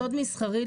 סוד מסחרי,